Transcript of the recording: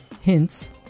Hints